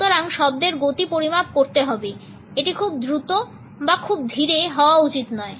সুতরাং শব্দের গতি পরিমাপ করতে হবে এটি খুব দ্রুত বা খুব ধীরে হওয়া উচিত নয়